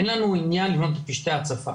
אין לנו עניין לבנות בפשטי הצפה.